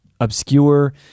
obscure